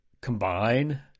combine